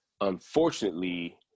unfortunately